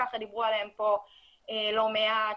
שדיברו עליהן פה לא מעט,